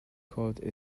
called